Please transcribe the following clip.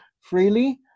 freely